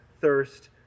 thirst